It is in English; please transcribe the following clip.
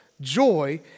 joy